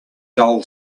dull